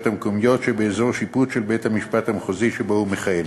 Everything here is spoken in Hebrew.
המקומיות שבאזור השיפוט של בית-המשפט המחוזי שבו הוא מכהן.